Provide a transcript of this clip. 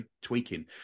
tweaking